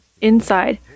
inside